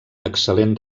excel·lent